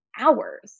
hours